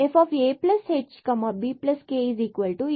fahbk fab சமமாகிறது